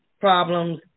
problems